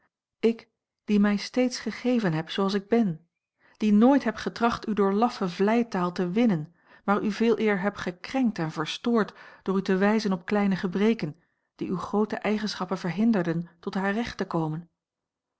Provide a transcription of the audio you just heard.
ik die mij steeds gegeven heb zooals ik ben die nooit heb getracht u door laffe vleitaal te winnen maar u veeleer heb gekrenkt en verstoord door u te wijzen op kleine gebreken die uwe groote eigenschappen verhinderden tot haar recht te komen